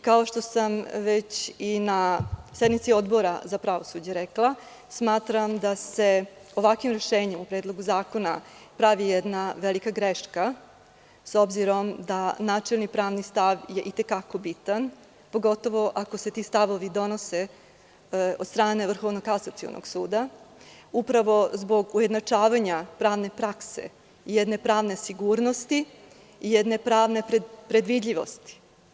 Kao što sam već i na sednici Odbora za pravosuđe rekla, smatram da se ovakvim rešenjem Predloga zakona pravi jedna velika greška s obzirom da načelni pravni stav je i te kako bitan, pogotovo ako se ti stavovi donose od strane Vrhovnog kasacionog suda zbog ujednačavanja pravne prakse i pravne sigurnosti i jedne pravne predvidljivosti.